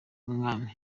umwami